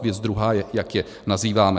Věc druhá je, jak je nazýváme.